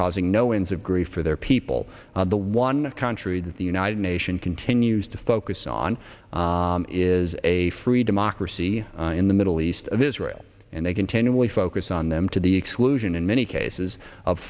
causing no ins of grief for their people the one country that the united nation continues to focus on is a free democracy in the middle east of israel and they continually focus on them to the exclusion in many cases of